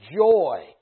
joy